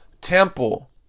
temple